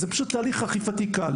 זה פשוט תהליך אכיפתי קל,